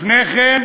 לפני כן,